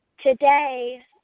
Today